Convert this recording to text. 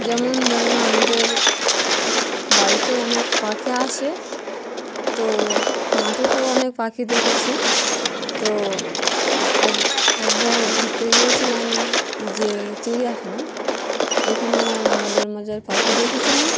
যেমন ধরেন আমাদের বাড়িতে অনেক পাখি আসে তো মাঠতেও অনেক পাখি দেখেছি তো এক একবার ঘুরতে গিয়েছিলাম যে চিড়িয়াখানায় ওইখান মজার মজার পাখি দেখেছিলাম